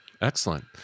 Excellent